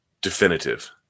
definitive